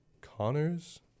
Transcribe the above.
Connors